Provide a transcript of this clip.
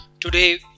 Today